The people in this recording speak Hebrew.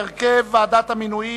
(הרכב ועדת המינויים),